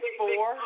four